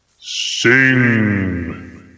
Sing